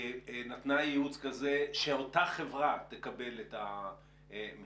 נתנה ייעוץ כזה, שאותה חברה תקבל את המכרז.